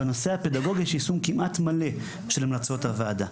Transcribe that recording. בנושא הפדגוגי יש יישום כמעט מלא של המלצות הוועדה.